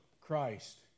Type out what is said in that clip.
Christ